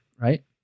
right